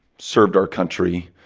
served our country,